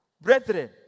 Brethren